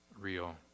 real